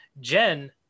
Jen